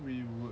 we would